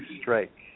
strike